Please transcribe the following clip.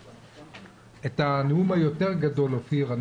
את הנאום היותר גדול אופיר,